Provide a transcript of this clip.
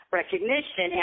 recognition